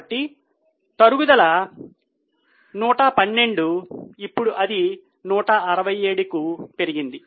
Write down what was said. కాబట్టి తరుగుదల 112 ఇప్పుడు అది 167 కి పెరిగింది